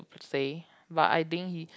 say but I think he